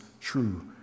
true